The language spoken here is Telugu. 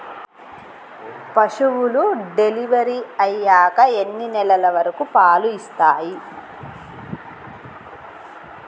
పశువులు డెలివరీ అయ్యాక ఎన్ని నెలల వరకు పాలు ఇస్తాయి?